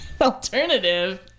Alternative